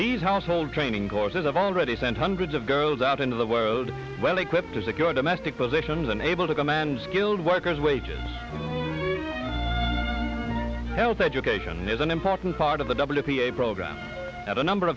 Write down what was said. these household training courses i've already sent hundreds of girls out into the world well equipped to secure domestic causations and able to command skilled workers wages health education is an important part of the w p a program at a number